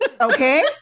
Okay